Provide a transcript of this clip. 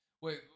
Wait